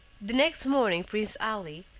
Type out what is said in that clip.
the next morning prince ali,